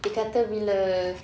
dia kata bila